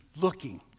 looking